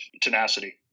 tenacity